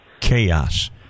chaos